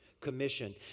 Commission